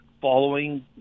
following